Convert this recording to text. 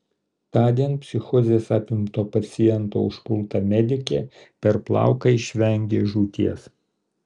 tądien psichozės apimto paciento užpulta medikė per plauką išvengė žūties